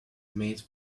made